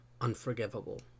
unforgivable